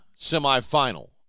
semifinal